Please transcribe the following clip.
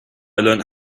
learned